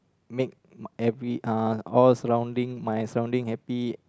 make every uh all surrounding my surrounding happy